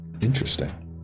Interesting